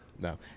No